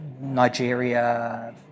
Nigeria